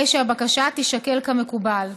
הרי הבקשה תישקל כמקובל.